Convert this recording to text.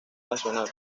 nacional